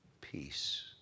peace